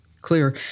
clear